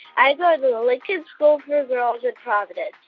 i go to the lincoln school for girls in providence.